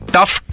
Tough